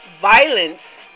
violence